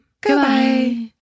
Goodbye